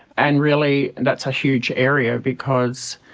and really that's a huge area because